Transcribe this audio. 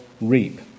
reap